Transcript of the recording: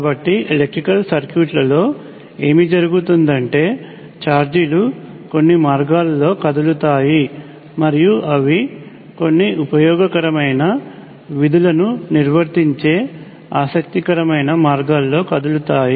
కాబట్టి ఎలక్ట్రికల్ సర్క్యూట్లలో ఏమి జరుగుతుందంటే ఛార్జీలు కొన్ని మార్గాల్లో కదులుతాయి మరియు అవి కొన్ని ఉపయోగకరమైన విధులను నిర్వర్తించే ఆసక్తికరమైన మార్గాల్లో కదులుతాయి